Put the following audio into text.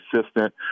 assistant